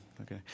Okay